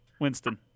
winston